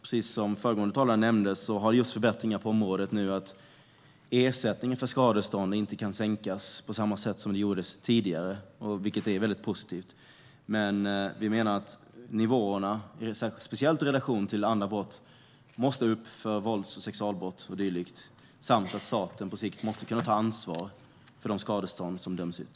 Precis som föregående talare nämnde har det nu gjorts förbättringar på området så att ersättningar vid skadestånd inte kan sänkas på samma sätt som det gjordes tidigare, vilket är väldigt positivt. Vi menar dock att nivåerna, speciellt i relation till andra brott, måste upp för vålds och sexualbrott och dylikt samt att staten på sikt måste kunna ta ansvar för de skadestånd som döms ut.